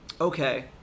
Okay